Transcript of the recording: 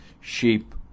sheep